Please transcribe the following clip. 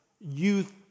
youth